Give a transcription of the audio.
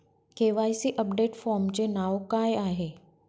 KYC update फॉर्मचे नाव काय आहे?